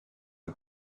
the